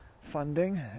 funding